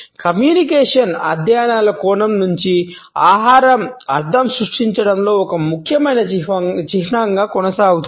communication అధ్యయనాల కోణం నుండి ఆహారం అర్ధం సృష్టించడంలో ఒక ముఖ్యమైన చిహ్నంగా కొనసాగుతుంది